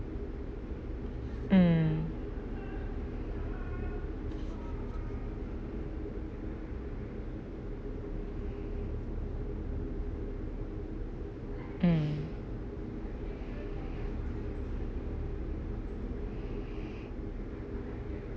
mm mm